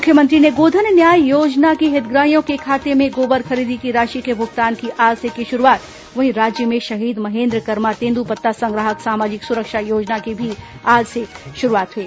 मुख्यमंत्री ने गोधन न्याय योजना के हितग्राहियों के खाते में गोबर खरीदी की राशि के भुगतान की आज से की शुरूआत वहीं राज्य में शहीद महेन्द्र कर्मा तेंद्रपत्ता संग्राहक सामाजिक सुरक्षा योजना भी आज से शुरू हुई